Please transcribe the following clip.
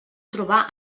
trobar